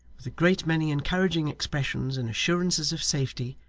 with a great many encouraging expressions and assurances of safety,